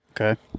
Okay